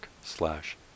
slash